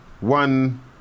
one